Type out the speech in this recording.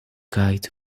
kite